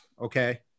Okay